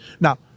Now